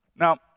Now